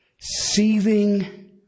seething